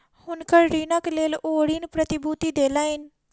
हुनकर ऋणक लेल ओ ऋण प्रतिभूति देलैन